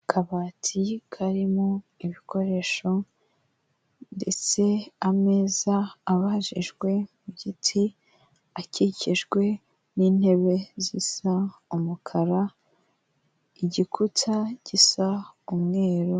Akabati karimo ibikoresho ndetse ameza abajijwe mu giti, akikijwe n'intebe zisa umukara, igikuta gisa umweru.